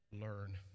learn